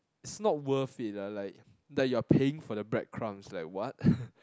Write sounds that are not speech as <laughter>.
it's not worth it lah like like you are paying for the breadcrumbs like what <noise>